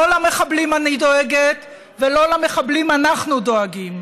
לא למחבלים אני דואגת, ולא למחבלים אנחנו דואגים,